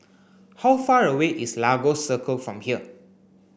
how far away is Lagos Circle from here